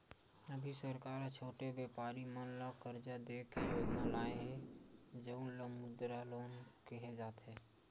अभी सरकार ह छोटे बेपारी मन ल करजा दे के योजना लाए हे जउन ल मुद्रा लोन केहे जाथे